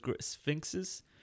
sphinxes